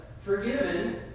forgiven